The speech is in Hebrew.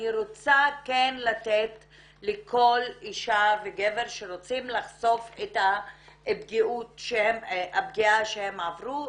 אני רוצה כן לתת לכל אישה וגבר שרוצים לחשוף את הפגיעה שהם עברו,